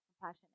Compassion